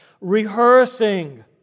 rehearsing